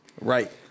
Right